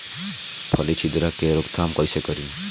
फली छिद्रक के रोकथाम कईसे करी?